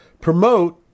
Promote